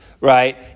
right